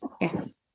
Yes